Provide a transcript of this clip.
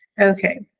Okay